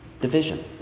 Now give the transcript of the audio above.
division